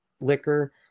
liquor